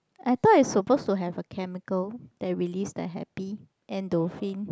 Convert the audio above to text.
I thought is supposed to have a chemical that release the happy endorphin